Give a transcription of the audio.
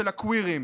של הקווירים,